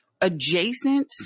adjacent